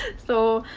so.